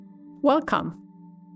Welcome